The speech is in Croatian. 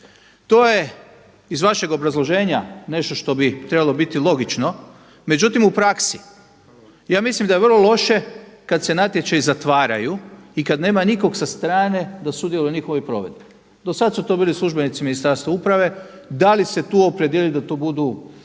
To je iz vašeg obrazloženja nešto što bi trebalo biti logično, međutim u praksi ja mislim da je vrlo loše kada se natječaji zatvaraju i kada nema nikog sa strane da sudjeluje u njihovoj provedbi. Do sada su to bili službenici Ministarstva uprave, d ali se tu opredijeliti da to budu